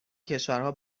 کشورها